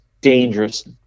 dangerous